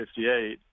1958